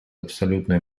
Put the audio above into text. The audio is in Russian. абсолютной